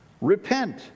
repent